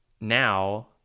now